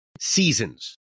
seasons